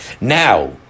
Now